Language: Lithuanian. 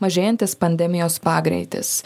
mažėjantis pandemijos pagreitis